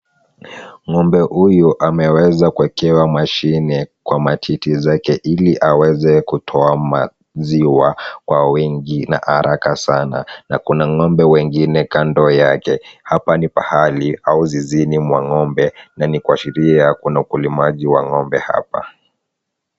Ng'ombe huyu ameweza kuwekewa mashine kwa matiti zake ili aweze kutoa maziwa kwa wingi na haraka sana, na kuna ng'ombe wengine kando yake. Hapa ni pahali au zizini mwa ng'ombe, na ni kuashiria kuna ukulimaji wa ng'ombe hapa.